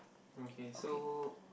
okay so